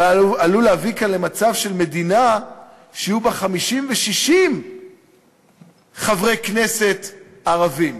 ועלולה להביא כאן למצב של מדינה שיהיו בה 50 ו-60 חברי כנסת ערבים.